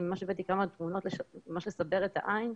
הבאתי כמה תמונות ממש לסבר את העין: